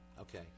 Okay